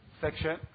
section